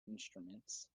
instruments